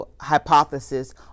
hypothesis